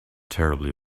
terribly